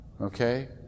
Okay